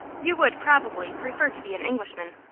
you would, probably, prefer to be an englishman.